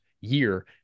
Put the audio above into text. year